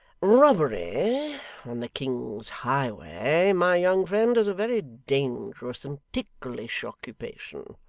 robbery on the king's highway, my young friend, is a very dangerous and ticklish occupation.